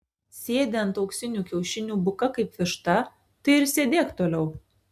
sėdi ant auksinių kiaušinių buka kaip višta tai ir sėdėk toliau